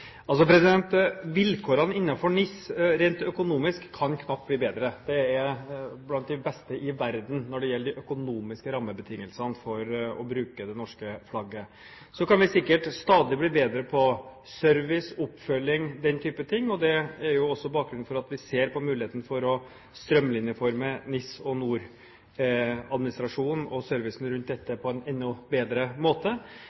Vilkårene innenfor NIS rent økonomisk kan knapt bli bedre. De er blant de beste i verden når det gjelder de økonomiske rammebetingelsene for å bruke det norske flagget. Så kan vi sikkert stadig bli bedre på service, oppfølging og den typen ting, og det er også bakgrunnen for at vi ser på muligheten for å strømlinjeforme NIS- og NOR-administrasjonen og servicen rundt dette på en enda bedre måte.